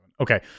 okay